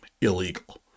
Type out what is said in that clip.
illegal